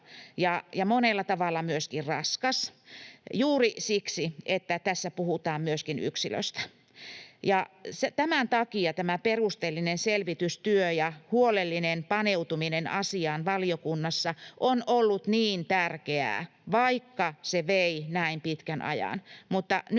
ja monella tavalla myöskin raskas juuri siksi, että tässä puhutaan myöskin yksilöstä. Tämän takia tämä perusteellinen selvitystyö ja huolellinen paneutuminen asiaan valiokunnassa on ollut niin tärkeää, vaikka se vei näin pitkän ajan,